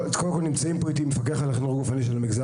נמצאים איתי פה מפקח החינוך הגופני במגזר